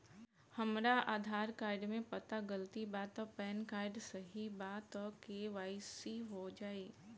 हमरा आधार कार्ड मे पता गलती बा त पैन कार्ड सही बा त के.वाइ.सी हो जायी?